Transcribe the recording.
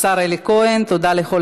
מנכ"ל משרדך במפעל סינרג'י לכבלים מנחושת.